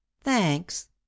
thanks